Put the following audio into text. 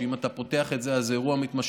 שאם אתה פותח את זה אז זה אירוע מתמשך.